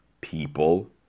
people